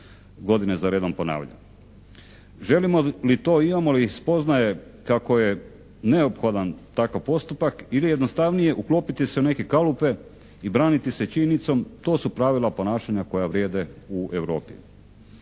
godine za redom ponavlja. Želimo li to i imamo li spoznaje kako je neophodan takav postupak ili jednostavnije uklopiti se u neke kalupe i braniti se činjenicom, to su pravila ponašanja koja vrijede u Europi.